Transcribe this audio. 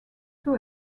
two